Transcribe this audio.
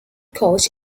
coach